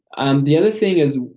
um the other thing is,